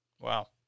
Wow